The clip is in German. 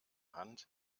hand